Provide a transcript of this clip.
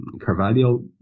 Carvalho